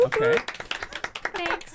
Okay